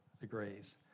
degrees